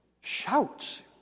shouts